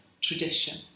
tradition